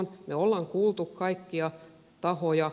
me olemme kuulleet kaikkia tahoja